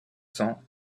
cents